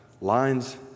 lines